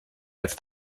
als